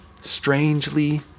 strangely